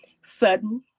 sudden